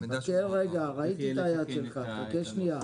חכה רגע, ראיתי את היד שלך, חכה שנייה.